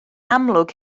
amlwg